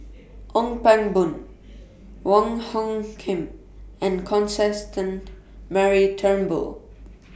Ong Pang Boon Wong Hung Khim and Constance Mary Turnbull